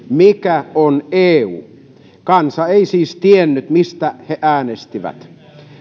mikä on eu kansa ei siis tiennyt mistä he äänestivät